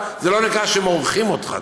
זה לא נקרא שמורחים אותך,